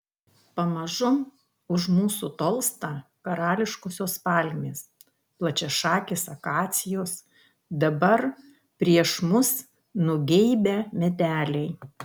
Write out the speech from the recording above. pamažu už mūsų tolsta karališkosios palmės plačiašakės akacijos dabar prieš mus nugeibę medeliai